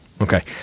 Okay